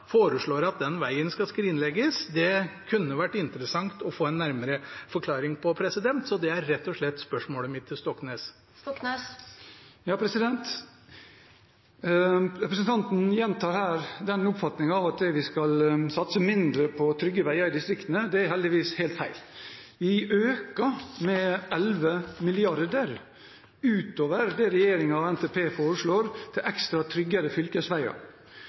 den vegen skal skrinlegges, kunne det vært interessant å få en nærmere forklaring på, så det er rett og slett spørsmålet mitt til Stoknes. Representanten gjentar her oppfatningen av at vi skal satse mindre på trygge veier i distriktene. Det er heldigvis helt feil. Vi øker med 11 mrd. kr utover det regjeringen foreslår i NTP, til ekstra